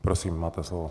Prosím, máte slovo.